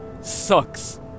sucks